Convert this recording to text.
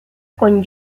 con